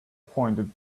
pointed